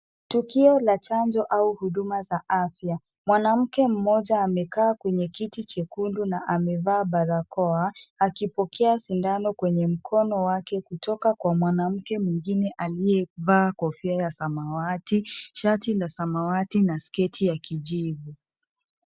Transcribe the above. Tukio la chanjo au huduma za afya. Mwanamke mmoja amekaa kwenye kiti chekundu na amevaa barakoa, akipokea sindano kwenye mkono wake kutoka kwa mwanamke mwingine, aliyevaa kofia ya samawati, shati la samawati na sketi ya kijivu.